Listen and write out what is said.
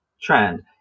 trend